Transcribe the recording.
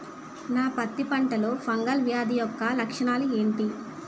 నా పత్తి పంటలో ఫంగల్ వ్యాధి యెక్క లక్షణాలు ఏంటి?